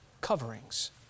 coverings